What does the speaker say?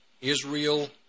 Israel